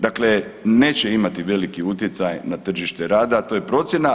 Dakle, neće imati veliki utjecaj na tržište rada, a to je procjena.